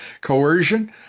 coercion